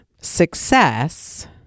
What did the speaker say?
success